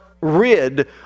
rid